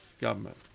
government